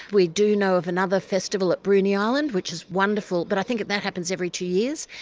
we do know of another festival at bruny island, which is wonderful, but i think that happens every two years.